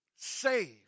saved